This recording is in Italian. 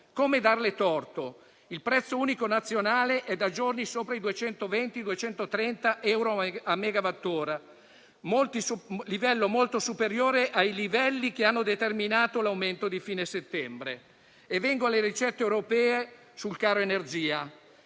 Come darle torto? Il prezzo unico nazionale è da giorni sopra i 220-230 euro a megawattora, un livello molto superiore a quelli che hanno determinato l'aumento di fine settembre. Vengo alle ricette europee sul caro energia.